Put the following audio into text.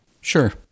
Sure